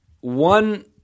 one –